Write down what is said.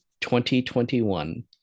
2021